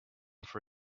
for